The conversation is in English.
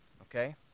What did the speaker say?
okay